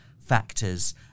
factors